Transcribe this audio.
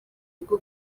bwo